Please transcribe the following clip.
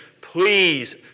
please